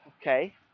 okay